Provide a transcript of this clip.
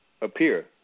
appear